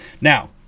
now